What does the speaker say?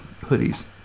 hoodies